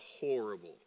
horrible